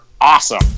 awesome